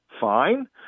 fine